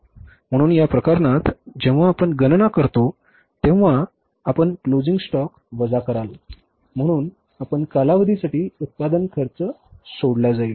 म्हणून या प्रकरणात जेव्हा आपण गणना करतो तेव्हा आपण क्लोजिंग स्टॉक वजा कराल म्हणून आपण कालावधीसाठी उत्पादन खर्च सोडला जाईल